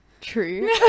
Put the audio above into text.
true